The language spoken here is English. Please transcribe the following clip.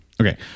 Okay